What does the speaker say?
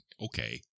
Okay